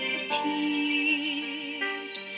appeared